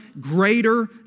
greater